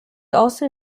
also